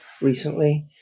recently